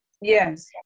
Yes